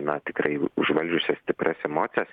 na tikrai užvaldžiusias stiprias emocijas